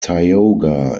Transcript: tioga